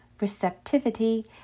receptivity